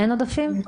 עודפים?